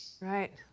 Right